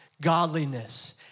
godliness